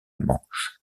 manche